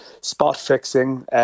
spot-fixing